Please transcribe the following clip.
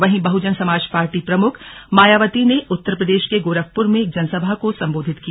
वहीं बहजन समाज पार्टी प्रमुख मायावती ने उत्तर प्रदेश के गोरखपुर में एक जनसभा को संबोधित किया